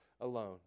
alone